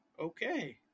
Okay